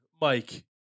Mike